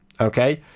okay